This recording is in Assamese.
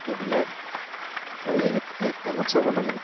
সেইবিলাক হয় এক এক টাইমত চাব লাগে